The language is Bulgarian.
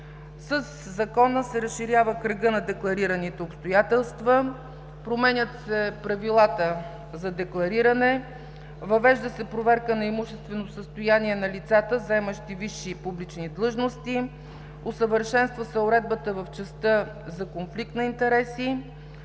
Със Закона се разширява кръгът на декларираните обстоятелства; променят се правилата за деклариране; въвежда се проверка на имущественото състояние на лицата, заемащи висши публични длъжности; усъвършенства се уредбата в частта за конфликт на интереси;